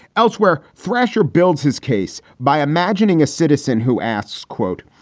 elsewhere, thrasher builds his case by imagining a citizen who asks, quote,